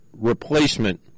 replacement